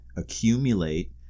accumulate